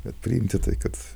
bet priimti tai kad